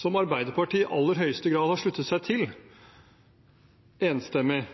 som Arbeiderpartiet i aller høyeste grad har sluttet seg til, faktisk enstemmig